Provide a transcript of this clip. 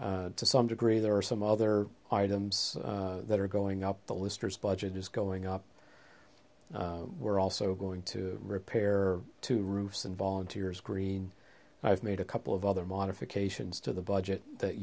expenses to some degree there are some other items that are going up the lister's budget is going up we're also going to repair to roofs and volunteers green i've made a couple of other modifications to the budget that